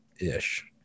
ish